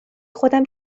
خودم